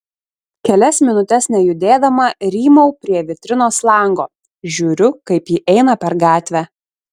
kelias minutes nejudėdama rymau prie vitrinos lango žiūriu kaip ji eina per gatvę